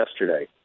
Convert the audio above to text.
yesterday